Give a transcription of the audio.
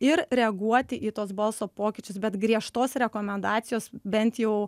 ir reaguoti į tuos balso pokyčius bet griežtos rekomendacijos bent jau